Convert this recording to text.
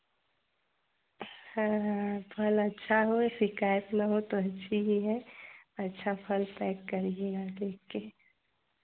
हाँ फल अच्छा हो शिकायत न हो तो अच्छी ही है अच्छा फल पैक करिएगा देख कर